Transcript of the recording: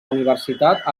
universitat